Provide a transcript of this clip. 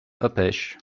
uppish